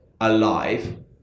alive